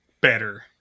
better